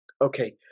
Okay